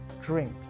drink